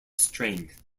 strength